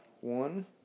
one